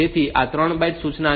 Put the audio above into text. તેથી આ 3 બાઈટ સૂચના છે